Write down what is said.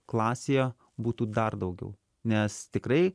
klasėje būtų dar daugiau nes tikrai